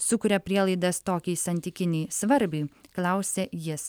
sukuria prielaidas tokiai santykinei svarbiai klausia jis